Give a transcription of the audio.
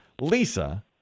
Lisa